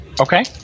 Okay